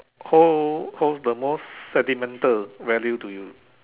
hold hold the most sentimental value to you